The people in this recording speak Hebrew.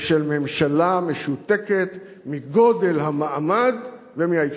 ושל ממשלה משותקת מגודל המעמד ומההתרחשויות.